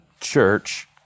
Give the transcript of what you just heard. church